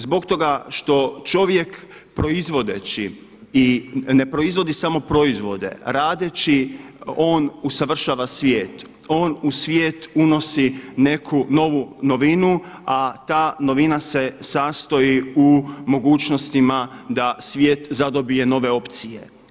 Zbog toga što čovjek proizvodeći i ne proizvodi samo proizvode, radeći on usavršava svijet, on u svijet unosi neku novu novinu, a ta novina se sastoji u mogućnostima da svijet zadobije nove opcije.